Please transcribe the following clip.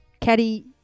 Caddy